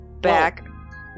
back